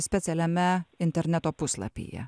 specialiame interneto puslapyje